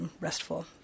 restful